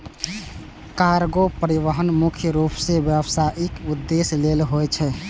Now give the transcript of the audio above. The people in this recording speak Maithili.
कार्गो परिवहन मुख्य रूप सं व्यावसायिक उद्देश्य लेल होइ छै